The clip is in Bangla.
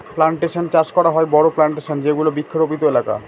প্লানটেশন চাষ করা হয় বড়ো প্লানটেশনে যেগুলো বৃক্ষরোপিত এলাকা